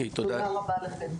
תודה רבה לכם.